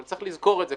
אבל צריך לזכור את זה,